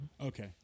okay